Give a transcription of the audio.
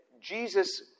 Jesus